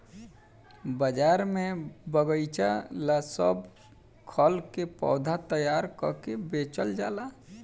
बाजार में बगएचा ला सब खल के पौधा तैयार क के बेचल जाला